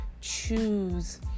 choose